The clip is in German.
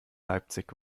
leipzig